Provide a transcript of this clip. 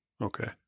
Okay